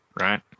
right